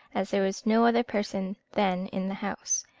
as there was no other person then in the house.